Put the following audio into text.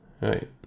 right